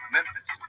Memphis